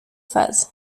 phases